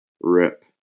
rip